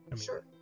Sure